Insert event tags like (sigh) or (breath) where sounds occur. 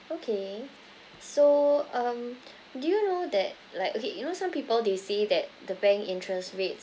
okay so um (breath) do you know that like okay you know some people they say that the bank interest rates